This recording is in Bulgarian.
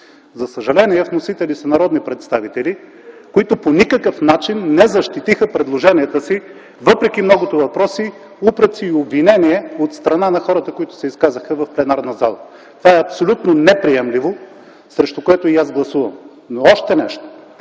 За съжаление, вносители са народни представители, които по никакъв начин не защитиха предложенията си, въпреки многото въпроси, упреци и обвинения от страна на хората, които се изказаха в пленарната зала. Това е абсолютно неприемливо, срещу което и аз гласувам. Но още нещо